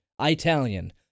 Italian